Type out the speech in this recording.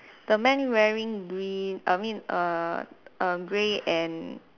the men wearing green I mean err um grey and